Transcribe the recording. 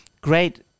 great